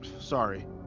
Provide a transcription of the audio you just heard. Sorry